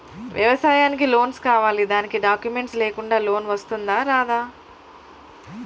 వ్యవసాయానికి లోన్స్ కావాలి దానికి డాక్యుమెంట్స్ లేకుండా లోన్ వస్తుందా రాదా?